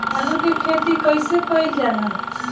आलू की खेती कइसे कइल जाला?